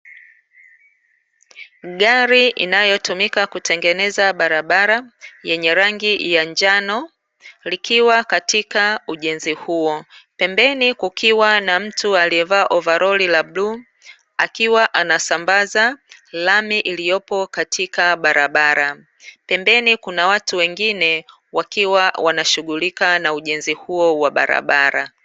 Gari inayotumika kutengeneza barabara, yenye rangi ya njano, likiwa katika ujenzi huo. Pembeni kukiwa na mtu aliyevaa overoli la bluu, akiwa anasambaza lami iliyopo katika barabara. Pembeni, kuna watu wengine wakiwa wanashughulika na ujenzi huo wa barabara.